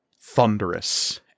thunderous